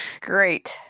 Great